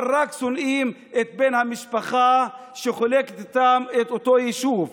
אבל שונאים רק את בן המשפחה שחולק איתם את אותו יישוב,